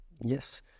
Yes